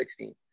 2016